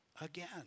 again